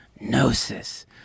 Gnosis